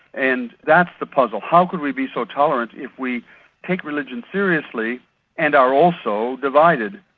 and that's the puzzle how could we be so tolerant if we take religion seriously and are also divided,